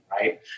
right